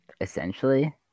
Essentially